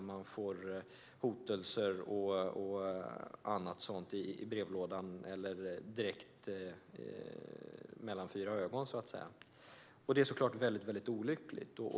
De kan få hotelser och annat i brevlådan eller direkt mellan fyra ögon. Det är mycket olyckligt.